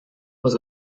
was